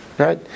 right